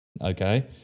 okay